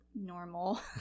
normal